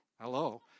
Hello